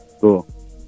Cool